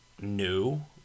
new